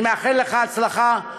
אני מאחל לך הצלחה.